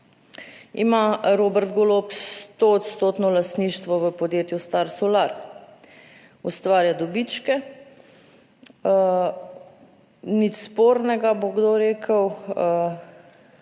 ima Robert Golob stoodstotno lastništvo v podjetju Starsolar, ustvarja dobičke. Nič spornega, bo kdo rekel,